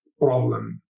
problem